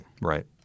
Right